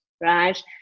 right